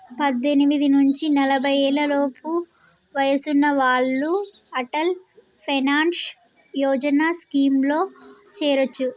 పద్దెనిమిది నుంచి నలభై ఏళ్లలోపు వయసున్న వాళ్ళు అటల్ పెన్షన్ యోజన స్కీమ్లో చేరొచ్చు